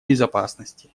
безопасности